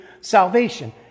salvation